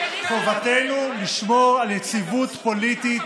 חובתנו לשמור על יציבות פוליטית,